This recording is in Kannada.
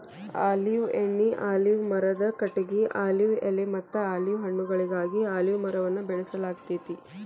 ಆಲಿವ್ ಎಣ್ಣಿ, ಆಲಿವ್ ಮರದ ಕಟಗಿ, ಆಲಿವ್ ಎಲೆಮತ್ತ ಆಲಿವ್ ಹಣ್ಣುಗಳಿಗಾಗಿ ಅಲಿವ್ ಮರವನ್ನ ಬೆಳಸಲಾಗ್ತೇತಿ